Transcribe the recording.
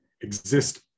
exist